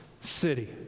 city